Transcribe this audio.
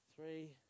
three